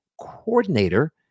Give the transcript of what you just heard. coordinator